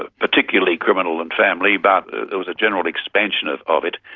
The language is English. ah particularly criminal and family, but there was a general expansion of of it,